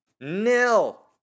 nil